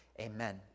Amen